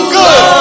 good